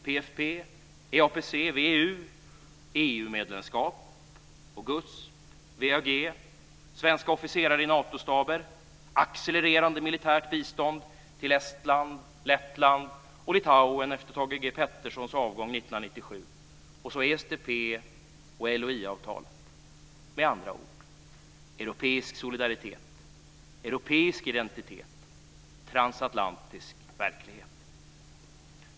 PFF, EAPC, VEU, EU 1997, och så ESDP och LOI-avtalet. Med andra ord: Europeisk solidaritet. Europeisk identitet. Transatlantisk verklighet.